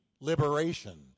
Liberation